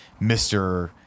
Mr